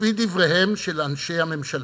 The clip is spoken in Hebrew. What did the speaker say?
לפי דבריהם של אנשי הממשלה,